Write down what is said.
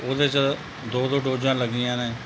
ਉਹਦੇ 'ਚ ਦੋ ਦੋ ਡੋਜ਼ਾਂ ਲੱਗੀਆਂ ਨੇ